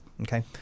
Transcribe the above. Okay